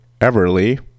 Everly